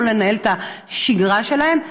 לא לנהל את השגרה שלהן.